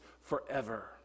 forever